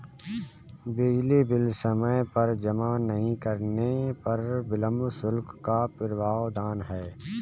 बिजली बिल समय पर जमा नहीं करने पर विलम्ब शुल्क का प्रावधान है